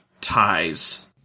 ties